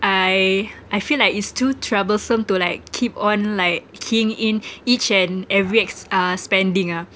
I I feel like it's too troublesome to like keep on like keying in each and every ex~ uh spending ah